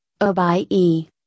OBIE